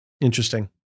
Interesting